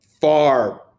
far